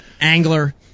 angler